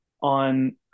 on